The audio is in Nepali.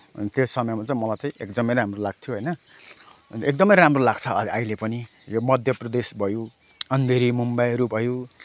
अनि त्यो समयमा चाहिँ मलाई चाहिँ एकदमै राम्रो लाग्थ्यो होइन अनि एकदमै राम्रो लाग्छ अहिले पनि यो मध्य प्रदेश भयो अँधेरी मुम्बईहरू भयो